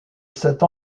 cette